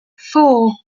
four